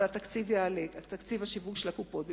אבל תקציב השיווק של הקופות יעלה.